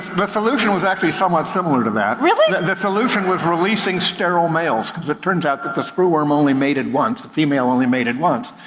the solution was actually somewhat similar to that. really? the solution was releasing sterile males, cuz it turns out that the screw worm only mated once, the female only mated once.